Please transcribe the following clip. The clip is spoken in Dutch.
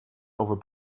over